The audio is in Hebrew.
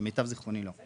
למיטב זיכרוני, לא.